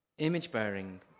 Image-bearing